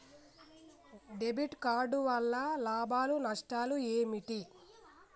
Debit card వల్ల లాభాలు నష్టాలు ఏమిటి?